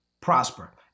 prosper